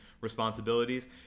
responsibilities